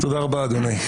תודה רבה אדוני.